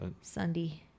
Sunday